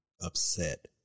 upset